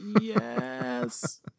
Yes